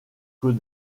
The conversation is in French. côte